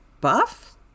buff